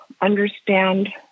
understand